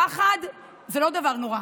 פחד זה לא דבר נורא,